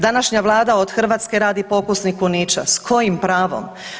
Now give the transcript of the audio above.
Današnja Vlada od Hrvatske radi pokusne kuniće, s kojim pravom.